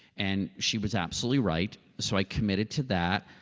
and she was absolutely right, so i committed to that.